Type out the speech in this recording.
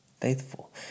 faithful